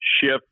shift